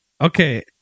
Okay